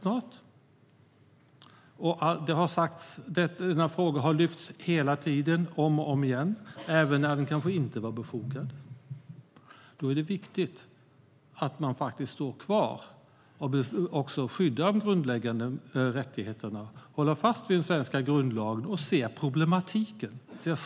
Det här har lyfts fram hela tiden och om och om igen, även när det kanske inte var befogat. Då är det viktigt att vi faktiskt står kvar och skyddar de grundläggande rättigheterna, håller fast vid den svenska grundlagen och ser problematiken.